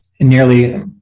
nearly